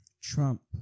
Trump